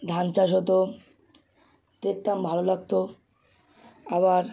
ধান চাষ হতো দেখতাম ভালো লাগতো আবার